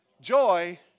Joy